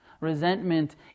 Resentment